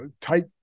tight